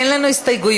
אין לנו הסתייגויות,